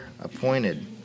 appointed